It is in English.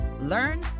learn